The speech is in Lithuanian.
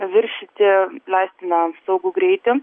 viršyti leistiną saugų greitį